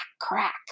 Crack